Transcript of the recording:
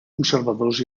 conservadors